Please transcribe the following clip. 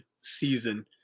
season